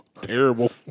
Terrible